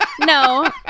No